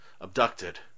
abducted